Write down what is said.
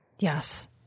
Yes